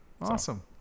awesome